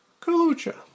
Kalucha